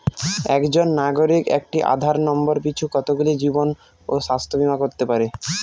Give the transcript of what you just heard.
একজন নাগরিক একটি আধার নম্বর পিছু কতগুলি জীবন ও স্বাস্থ্য বীমা করতে পারে?